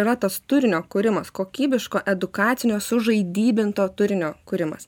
yra tas turinio kūrimas kokybiško edukacinio sužaidybinto turinio kūrimas